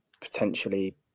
potentially